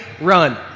run